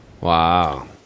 Wow